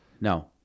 No